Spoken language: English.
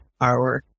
artwork